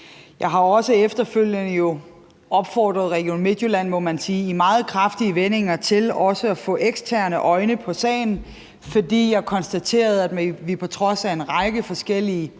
Jeg har jo også efterfølgende opfordret Region Midtjylland i, må man sige, meget kraftige vendinger til også at få eksterne øjne på sagen, fordi jeg konstaterede, at der på trods af en række forskellige